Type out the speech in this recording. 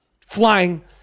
flying